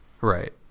Right